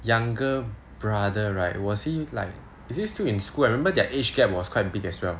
younger brother right was he like is he still in school I remember their age gap was quite big as well